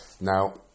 Now